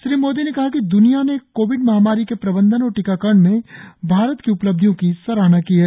श्री मोदी ने कहा कि दुनिया ने कोविड महामारी के प्रबंधन और टीकाकरण में भारत की उपलिब्धयों की सराहना की है